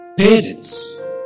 Parents